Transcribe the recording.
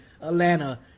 Atlanta